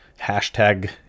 hashtag